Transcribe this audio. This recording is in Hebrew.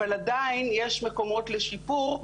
אבל עדיין יש מקומות לשיפור,